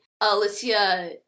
Alicia